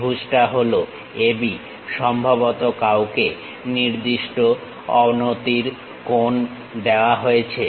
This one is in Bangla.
ত্রিভুজটা হল AB সম্ভবত কাউকে নির্দিষ্ট আনতির কোণ দেয়া হয়েছে